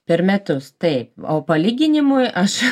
per metus taip o palyginimui aš